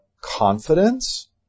confidence